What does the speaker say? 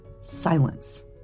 silence